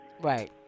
Right